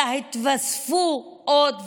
אלא התווספו עוד ועוד?